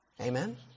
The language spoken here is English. Amen